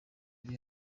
yari